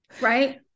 right